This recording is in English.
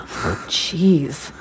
Jeez